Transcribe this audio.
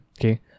okay